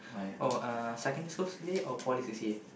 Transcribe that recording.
oh uh secondary school C_C_A or poly C_C_A